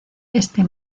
este